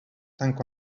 tanca